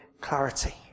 clarity